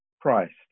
Christ